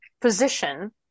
position